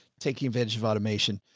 taking advantage of automation.